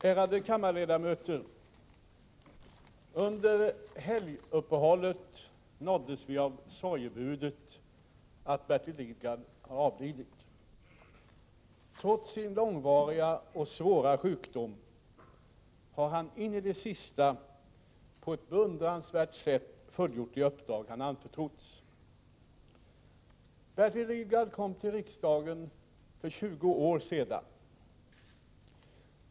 Ärade kammarledamöter! Under helguppehållet nåddes vi av sorgebudet att Bertil Lidgard avlidit. Trots sin långvariga och svåra sjukdom har han in i det sista på ett beundransvärt sätt fullgjort de uppdrag han anförtrotts. Bertil Lidgard kom till riksdagen för 20 år sedan.